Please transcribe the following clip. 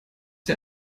sie